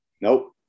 Nope